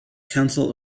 council